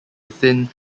within